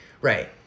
Right